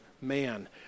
man